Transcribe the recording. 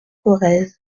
corrèze